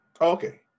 Okay